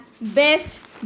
best